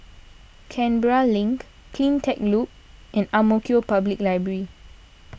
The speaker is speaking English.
Canberra Link CleanTech Loop and Ang Mo Kio Public Library